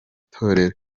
torero